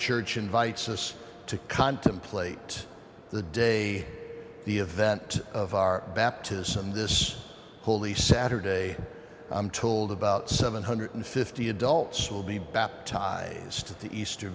church invites us to contemplate the day the event of our baptism this holy saturday i'm told about seven hundred fifty adults will be baptized